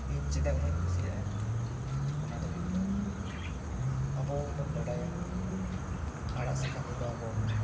ᱤᱧ ᱪᱮᱫᱟᱜ ᱩᱱᱟᱹᱜ ᱤᱧ ᱠᱩᱥᱤᱭᱟᱜᱼᱟ ᱚᱱᱟ ᱫᱚ ᱦᱩᱭᱩᱜ ᱠᱟᱱᱟ ᱟᱵᱚ ᱵᱚᱱ ᱵᱟᱰᱟᱭᱟ ᱟᱲᱟᱜ ᱥᱟᱠᱟᱢ ᱨᱮᱫᱚ ᱟᱵᱚ